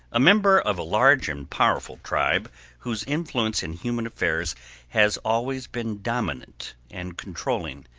a member of a large and powerful tribe whose influence in human affairs has always been dominant and controlling.